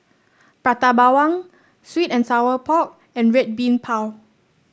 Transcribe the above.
Prata Bawang Sweet and Sour Pork and Red Bean Bao